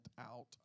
out